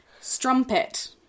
strumpet